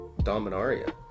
dominaria